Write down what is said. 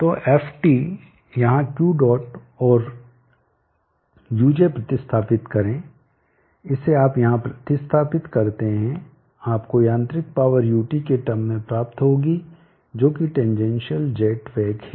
तो Ft यहाँ Q dot और uj प्रतिस्थापित करें इसे आप यहाँ प्रतिस्थापित करते हैं आपको यांत्रिक पावर ut के टर्म में प्राप्त होगी जो कि टेनजेनशिअल जेट वेग है